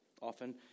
often